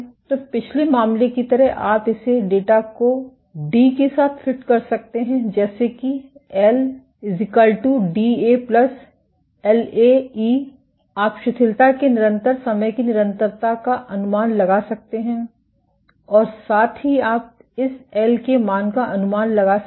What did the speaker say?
तो पिछले मामले की तरह आप इस डेटा को डी के साथ फिट कर सकते हैं जैसे कि L Da La e tτ आप शिथिलता के निरंतर समय की निरंतरता का अनुमान लगा सकते हैं और साथ ही आप इस एल के मान का अनुमान लगा सकते हैं